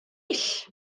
ennill